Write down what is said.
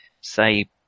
say